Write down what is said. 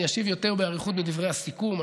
אני אשיב יותר באריכות בדברי הסיכום.